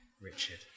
Richard